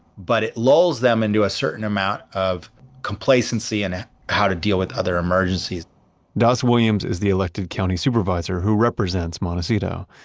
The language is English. but it lulls them into a certain amount of complacency in ah how to deal with other emergencies das williams is the elected county supervisor who represents montecito.